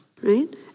right